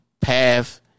path